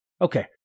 Okay